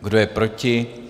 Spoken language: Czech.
Kdo je proti?